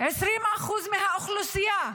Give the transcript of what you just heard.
20% מהאוכלוסייה,